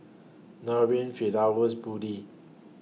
Nurin Firdaus Budi